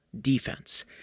defense